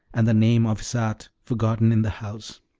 and the name of isarte forgotten in the house.